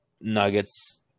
Nuggets